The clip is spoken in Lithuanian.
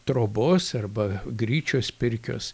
trobos arba gryčios pirkios